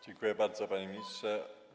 Dziękuję bardzo, panie ministrze.